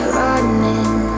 running